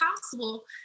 possible